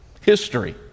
history